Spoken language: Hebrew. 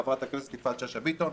חברת הכנסת יפעת שאשא ביטון,